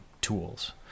tools